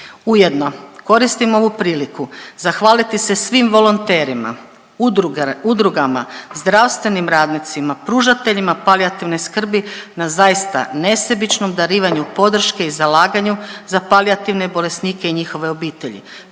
Ujedno koristim ovu priliku zahvaliti se svim volonterima, udrugama, zdravstvenim radnicima, pružateljima palijativne skrbi na zaista nesebičnom darivanju podrške i zalaganju za palijativne bolesnike i njihove obitelji,